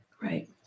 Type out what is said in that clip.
Right